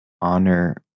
honor